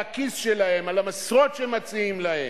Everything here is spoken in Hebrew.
על הכיס שלהם, על המשרות שמציעים להם.